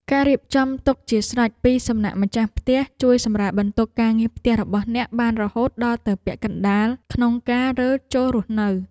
ការរៀបចំទុកជាស្រេចពីសំណាក់ម្ចាស់ផ្ទះជួយសម្រាលបន្ទុកការងារផ្ទះរបស់អ្នកបានរហូតដល់ទៅពាក់កណ្ដាលក្នុងការរើចូលរស់នៅ។